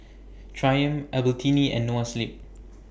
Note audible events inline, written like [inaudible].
[noise] Triumph Albertini and Noa Sleep